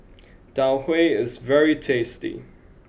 Tau Huay is very tasty